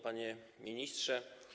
Panie Ministrze!